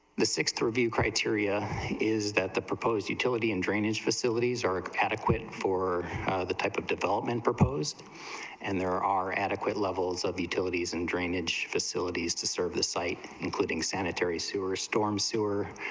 the six to review criteria is that the proposed utility and drainage facilities are adequate for other type of development proposed and there are adequate levels of utilities and drainage facilities to serve the site including sanitary sewer storm sewer,